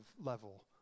level